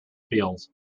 fields